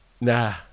Nah